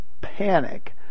panic